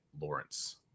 Lawrence